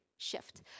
shift